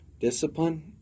Discipline